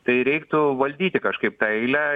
tai reiktų valdyti kažkaip tą eilę